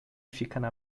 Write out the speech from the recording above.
fica